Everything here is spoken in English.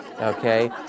Okay